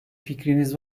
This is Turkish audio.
fikriniz